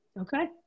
Okay